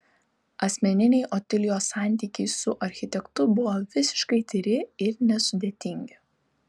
asmeniniai otilijos santykiai su architektu buvo visiškai tyri ir nesudėtingi